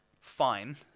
Fine